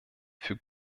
für